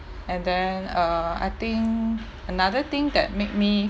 and then uh I think another thing that make me